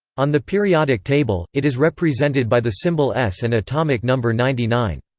on the periodic table, it is represented by the symbol es and atomic number ninety nine.